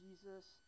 Jesus